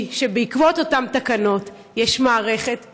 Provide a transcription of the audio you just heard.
היא שבעקבות אותן תקנות יש מערכת ממוחשבת,